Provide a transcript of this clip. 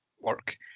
work